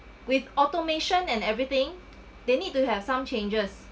with automation and everything they need to have some changes